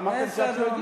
אמרת לי שעד שהוא יגיע.